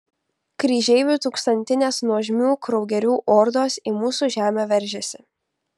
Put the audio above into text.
kryžeivių tūkstantinės nuožmių kraugerių ordos į mūsų žemę veržiasi